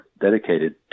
dedicated